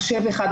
מחשב אחד.